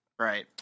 right